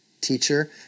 teacher